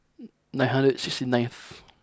nine hundred and six ninth